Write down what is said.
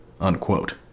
unquote